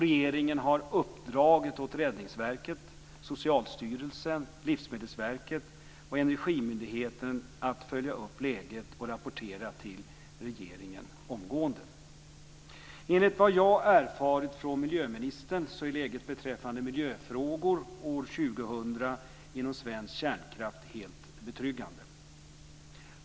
Regeringen har uppdragit åt Räddningsverket, Socialstyrelsen, Livsmedelsverket och Energimyndigheten att följa upp läget och rapportera till regeringen omgående. Enligt vad jag erfarit från miljöministern är läget beträffande miljöfrågor år 2000 inom svensk kärnkraft helt betryggande.